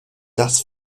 das